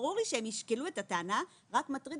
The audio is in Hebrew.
ברור לי שהם ישקלו את הטענה אבל מטריד